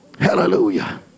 Hallelujah